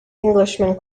englishman